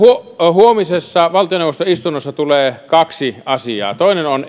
huomisessa valtioneuvoston istunnossa tulee kaksi asiaa toinen on